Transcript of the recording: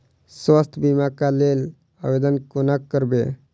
स्वास्थ्य बीमा कऽ लेल आवेदन कोना करबै?